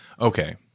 Okay